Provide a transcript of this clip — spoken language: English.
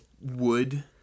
wood